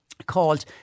called